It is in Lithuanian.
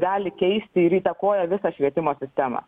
gali keisti ir įtakoja visą švietimo sistemą